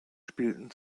spielten